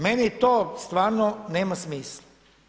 Meni to stvarno nema smisla.